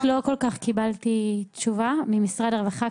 להלן תרגומם:( לא כל כך קיבלתי תשובה ממשרד הרווחה.